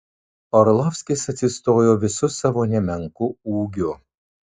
orlovskis atsistojo visu savo nemenku ūgiu